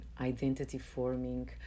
identity-forming